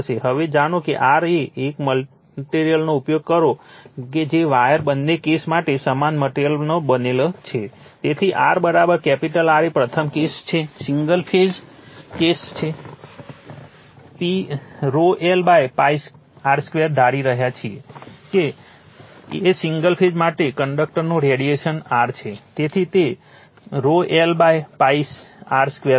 હવે જાણો કે R એ જ મટેરીઅલનો ઉપયોગ કરો કે જે વાયર બંને કેસ માટે સમાન મટેરીઅલથી બનેલો છે તેથી R કેપિટલ R એ પ્રથમ કેસ છે જે સિંગલ ફેઝ કેસ છે l r2 ધારી રહ્યા છીએ કે a સિંગલ ફેઝ માટે કંડક્ટરનું રેડિયેશન R છે તેથી તે l r2 હશે